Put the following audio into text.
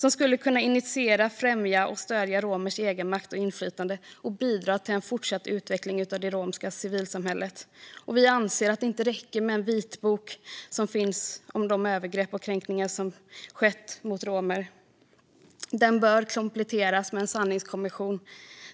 Det skulle kunna initiera, främja och stödja romers egenmakt och inflytande och bidra till en fortsatt utveckling av det romska civilsamhället. Vi anser att det inte räcker med den vitbok som finns om de övergrepp och kränkningar som skett mot romer. Den bör kompletteras med en sanningskommission